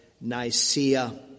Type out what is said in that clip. Nicaea